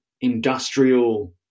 industrial